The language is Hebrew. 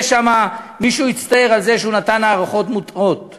שם מישהו שיצטער על זה שהוא נתן הערכות מוטעות,